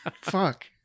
Fuck